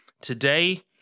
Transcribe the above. today